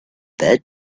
that